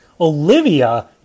Olivia